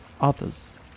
others